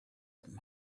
him